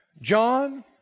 John